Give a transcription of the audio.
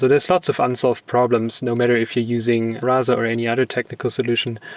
there're lots of unsolved problems no matter if you're using rasa or any other technical solution.